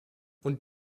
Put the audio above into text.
und